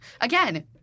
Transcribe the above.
Again